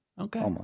Okay